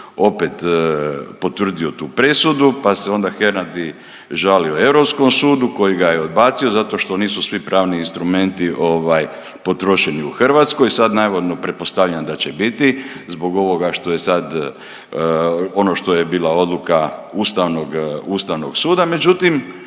opet potvrdio tu presudu pa se onda Hernadi žalio Europskom sudu, koji ga je odbacio zato što nisu svi pravni instrumenti, ovaj potrošeni u Hrvatskoj. Sad navodno, pretpostavljam da će biti zbog ovog što je sad, ono što je bila odluka Ustavnog,